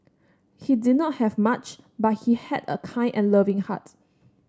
he did not have much but he had a kind and loving heart